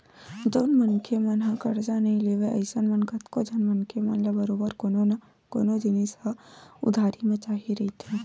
जउन मनखे मन ह करजा नइ लेवय अइसन म कतको झन मनखे मन ल बरोबर कोनो न कोनो जिनिस ह उधारी म चाही रहिथे